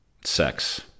sex